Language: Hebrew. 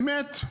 אמת.